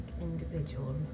individual